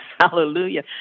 Hallelujah